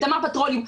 בתמר פטרוליום.